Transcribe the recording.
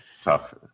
Tough